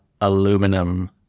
aluminum